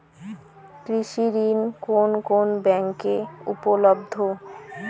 কৃষি ঋণ কোন কোন ব্যাংকে উপলব্ধ?